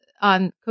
on